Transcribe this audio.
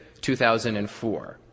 2004